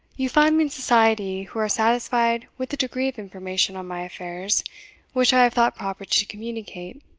you find me in society who are satisfied with the degree of information on my affairs which i have thought proper to communicate,